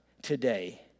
today